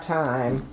time